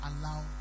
allow